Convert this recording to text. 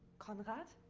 conrad?